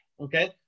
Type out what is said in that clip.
okay